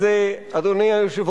אדוני השר